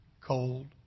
Cold